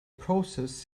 process